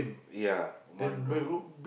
ya one room